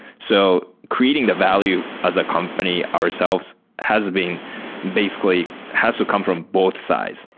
so creating the value as a company ourselves has been basically has to come from both sides,